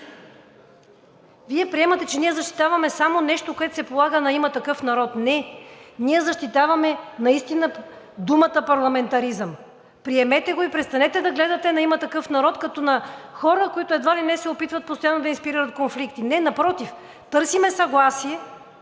Вие приемате, че ние защитаваме само нещо, което се полага на „Има такъв народ“. Не, ние защитаваме наистина думата „парламентаризъм“. Приемете го и престанете да гледате на „Има такъв народ“ като на хора, които едва ли не се опитват да инспирират конфликти. Не, напротив, търсим съгласие